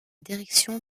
direction